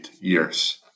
years